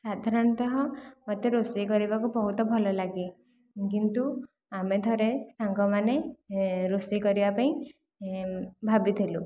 ସାଧାରଣତଃ ମୋତେ ରୋଷେଇ କରିବାକୁ ବହୁତ ଭଲ ଲାଗେ କିନ୍ତୁ ଆମେ ଥରେ ସାଙ୍ଗମାନେ ରୋଷେଇ କରିବା ପାଇଁ ଭାବିଥିଲୁ